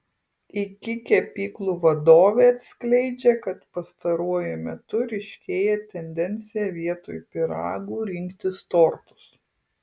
iki kepyklų vadovė atskleidžia kad pastaruoju metu ryškėja tendencija vietoj pyragų rinktis tortus